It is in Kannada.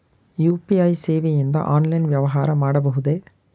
ಯು.ಪಿ.ಐ ಸೇವೆಯಿಂದ ಆನ್ಲೈನ್ ವ್ಯವಹಾರ ಮಾಡಬಹುದೇ?